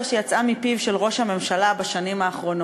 שיצאה מפיו של ראש הממשלה בשנים האחרונות: